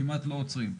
כמעט לא עוצרים.